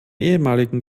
ehemaligen